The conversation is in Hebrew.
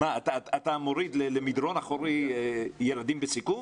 אתה מוריד למדרון אחורי ילדים בסיכון?